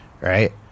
right